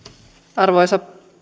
arvoisa